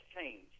change